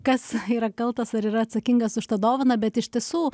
kas yra kaltas ar yra atsakingas už tą dovaną bet iš tiesų